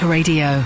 Radio